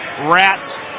Rats